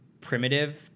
Primitive